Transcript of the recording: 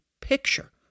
picture